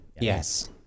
Yes